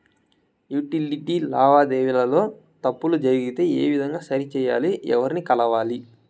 Utility లావాదేవీల లో తప్పులు జరిగితే ఏ విధంగా సరిచెయ్యాలి? ఎవర్ని కలవాలి?